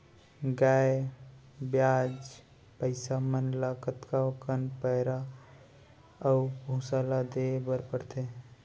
गाय ब्याज भैसा मन ल कतका कन पैरा अऊ भूसा ल देये बर पढ़थे?